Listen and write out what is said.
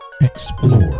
Explore